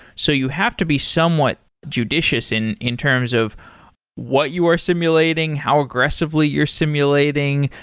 so you have to be somewhat judicious in in terms of what you are stimulating? how aggressively you're simulating?